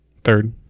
Third